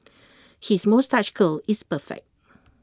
his moustache curl is perfect